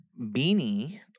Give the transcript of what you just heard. beanie